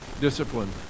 discipline